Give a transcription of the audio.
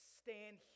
stand